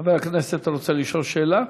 חבר הכנסת, אתה רוצה לשאול שאלה?